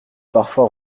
parfois